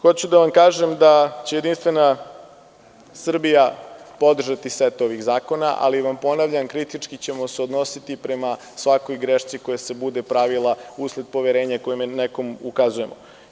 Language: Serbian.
Hoću da vam kažem da će Jedinstvena Srbija podržati set ovih zakona, ali vam ponavljam da ćemo se kritički odnositi prema svakoj grešci koja se bude pravila usled poverenja koje nekome ukazujemo.